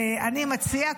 אני מציע,